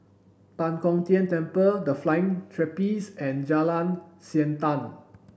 Tan Kong Tian Temple The Flying Trapeze and Jalan Siantan